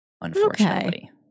Unfortunately